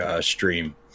stream